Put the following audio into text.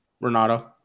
Renato